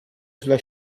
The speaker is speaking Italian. sulla